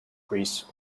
greece